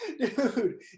Dude